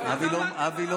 אז, אבי מעוז?